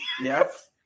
Yes